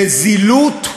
זה זילות,